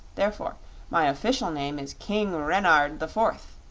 therefore my official name is king renard the fourth.